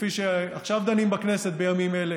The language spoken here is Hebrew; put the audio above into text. כפי שעכשיו דנים בכנסת בימים אלה,